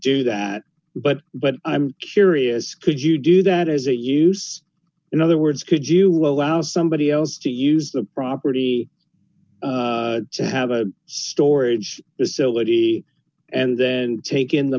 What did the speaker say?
do that but but i'm curious could you do that as a use in other words could you will allow somebody else to use the property to have a storage facility and then taken the